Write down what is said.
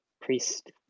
priest